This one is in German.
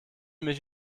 mich